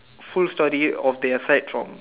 full study of their fight drum